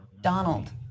Donald